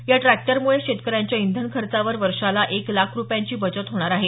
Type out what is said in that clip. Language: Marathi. या ट्रॅक्टरमुळे शेतकऱ्यांच्या इंधन खर्चावर वर्षाला एक लाख रुपयांची बचत होणार आहे